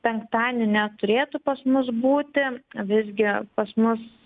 penktadienį neturėtų pas mus būti visgi pas mus